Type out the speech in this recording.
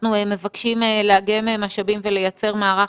אנחנו מבקשים לאגם משאבים ולייצר מערך